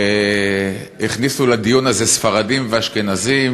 הכניסו לדיון הזה ספרדים ואשכנזים,